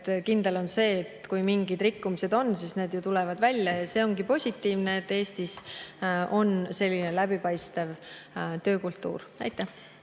kindel on see, et kui mingid rikkumised on, siis need ju tulevad välja. See ongi positiivne, et Eestis on selline läbipaistev töökultuur. Aitäh!